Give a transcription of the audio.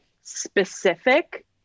specific